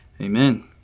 Amen